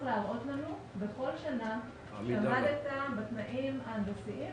להראות לנו בכל שנה שעמדת בתנאים ההנדסיים.